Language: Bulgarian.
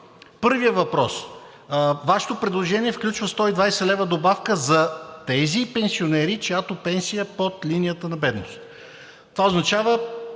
Първият въпрос, Вашето предложение включва 120 лв. добавка за тези пенсионери, чиято пенсия е под линията на бедност. Линията